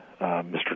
Mr